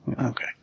Okay